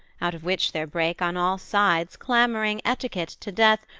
out of which there brake on all sides, clamouring etiquette to death,